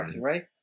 right